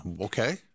okay